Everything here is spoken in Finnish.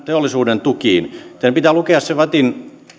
teollisuuden tukiin teidän pitää lukea vattin